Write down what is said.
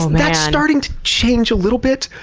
that's starting to change a little bit.